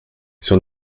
sur